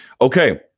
Okay